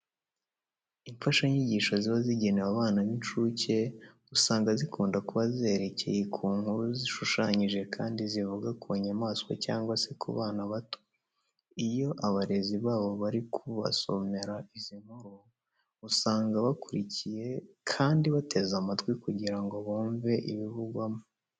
Imfashanyigisho ziba zigenewe abana b'inshuke, usanga zikunda kuba zerekeye ku nkuru zishushanyije kandi zivuga ku nyamaswa cyangwa se ku bana bato. Iyo abarezi babo bari kubasomera izi nkuru, usanga bakurikiye kandi bateze amatwi kugira ngo bumve ibivugwamo